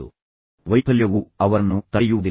ಆದ್ದರಿಂದ ವೈಫಲ್ಯವು ಅವರನ್ನು ತಡೆಯುವುದಿಲ್ಲ